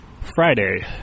Friday